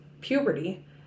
puberty